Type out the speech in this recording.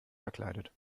verkleidet